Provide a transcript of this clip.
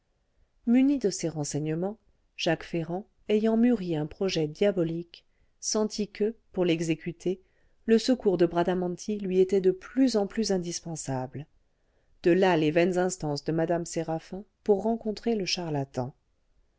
muni de ces renseignements jacques ferrand ayant mûri un projet diabolique sentit que pour l'exécuter le secours de bradamanti lui était de plus en plus indispensable de là les vaines instances de mme séraphin pour rencontrer le charlatan